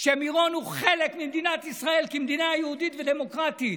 שמירון הוא חלק ממדינת ישראל כמדינה יהודית ודמוקרטית,